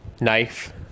knife